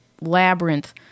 labyrinth